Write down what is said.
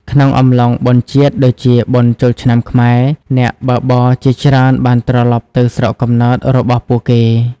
ក្នុងអំឡុងបុណ្យជាតិដូចជាបុណ្យចូលឆ្នាំខ្មែរ អ្នកបើកបរជាច្រើនបានត្រឡប់ទៅស្រុកកំណើតរបស់ពួកគេ។